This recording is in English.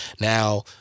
Now